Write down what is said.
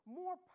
more